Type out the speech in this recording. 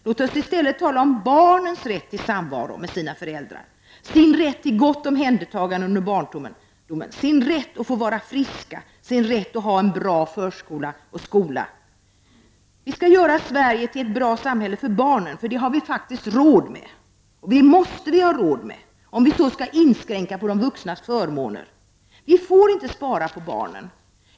Låt oss i stället tala om barnens rätt till samvaro med sina föräldrar, rätt till gott omhändertagande under barndomen, rätt att få vara friska och ha en bra förskola och skola. Låt oss göra Sverige till ett bra samhälle för barnen! Det har vi faktiskt råd med. Det måste vi ha råd med, om så vi vuxna skall behöva inskränka på våra förmåner. Vi får inte spara på barnen.